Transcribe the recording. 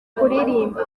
kuririmba